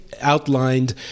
outlined